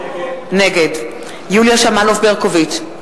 נגד יוליה שמאלוב-ברקוביץ,